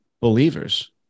believers